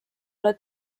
ole